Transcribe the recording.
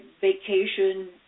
vacation